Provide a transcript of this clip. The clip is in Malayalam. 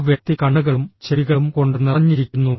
ആ വ്യക്തി കണ്ണുകളും ചെവികളും കൊണ്ട് നിറഞ്ഞിരിക്കുന്നു